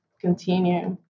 continue